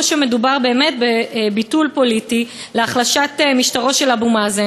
או שמדובר באמת בביטול פוליטי להחלשת משטרו של אבו מאזן,